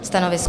Stanovisko?